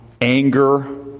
anger